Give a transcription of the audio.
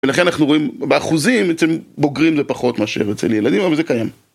ולכן אנחנו רואים באחוזים אצל בוגרים פחות מאשר אצל ילדים, אבל זה קיים.